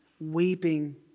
weeping